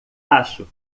acho